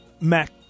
mac